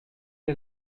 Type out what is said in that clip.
est